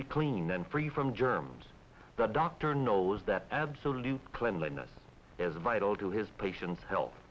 be clean and free from germs the doctor knows that absolute cleanliness is vital to his patient's health